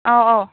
ꯑꯧ ꯑꯧ